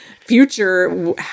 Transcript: future